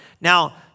Now